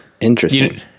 interesting